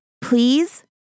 please